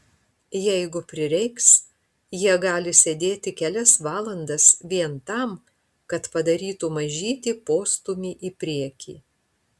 jeigu prireiks jie gali sėdėti kelias valandas vien tam kad padarytų mažytį postūmį į priekį